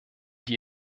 die